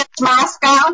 Moscow